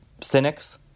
cynics